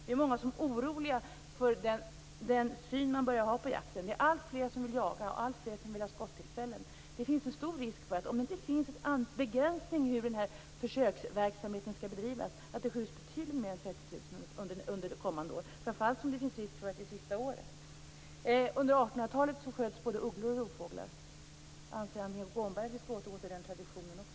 Vi är många som är oroliga för den syn som man börjar få på jakten. Det är alltfler som vill jaga och alltfler som vill ha skottillfällen. Om det inte finns en begränsning när det gäller hur den här försöksverksamheten skall bedrivas finns det stor risk för att det skjuts betydligt fler än 30 000 under det kommande året, framför allt eftersom det finns risk för att det är det sista året. Under Un der 1800-talet sköts både ugglor och rovfåglar. Anser Annika Åhnberg att vi skall återgå till den traditionen också?